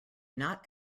not